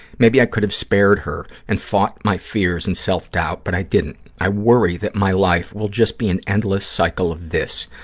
maybe i could have spared her and fought my fears and self-doubt, but i didn't. i worry that my life will just be an endless cycle of this,